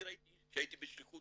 כשהייתי בשליחות